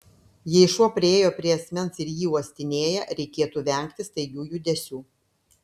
jei šuo priėjo prie asmens ir jį uostinėja reikėtų vengti staigių judesių